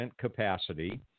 capacity